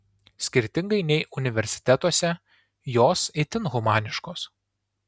skirtingai nei universitetuose jos itin humaniškos